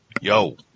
yo